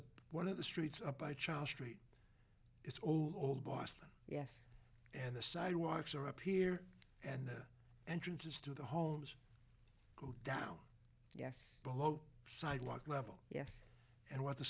a one of the streets up by child street it's old boston yes and the sidewalks are up here and the entrances to the homes go down yes below sidewalk level yes and what the